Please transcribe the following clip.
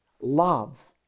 Love